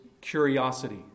curiosity